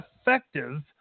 effective